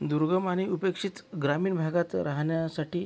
दुर्गम आणि उपेक्षित ग्रामीण भागात राहण्यासाठी